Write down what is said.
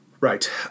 Right